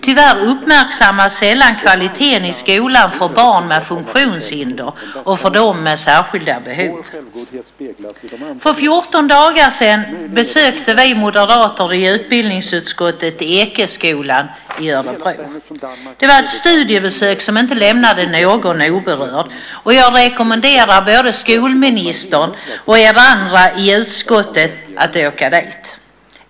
Tyvärr uppmärksammas sällan kvaliteten i skolan för barn med funktionshinder och för dem med särskilda behov. För 14 dagar sedan besökte vi moderater i utbildningsutskottet Ekeskolan i Örebro. Det var ett studiebesök som inte lämnade någon oberörd, och jag rekommenderar både skolministern och er andra i utskottet att åka dit.